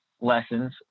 lessons